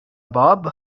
بوب